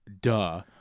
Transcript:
duh